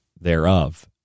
thereof